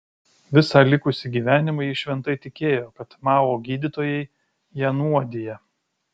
visą likusį gyvenimą ji šventai tikėjo kad mao gydytojai ją nuodija